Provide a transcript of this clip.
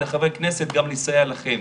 לחברי הכנסת גם לסייע לכם.